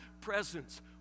presence